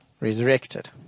resurrected